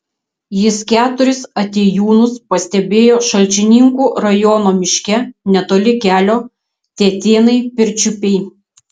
jis keturis atėjūnus pastebėjo šalčininkų rajono miške netoli kelio tetėnai pirčiupiai